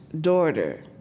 daughter